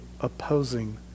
opposing